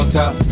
top